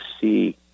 see